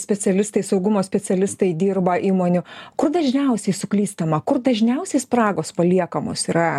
specialistai saugumo specialistai dirba įmonių kur dažniausiai suklystama kur dažniausiai spragos paliekamos yra